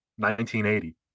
1980